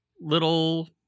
little